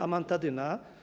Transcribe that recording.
Amantadyna.